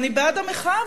ואני בעד המחאה,